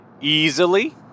easily